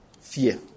fear